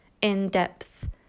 in-depth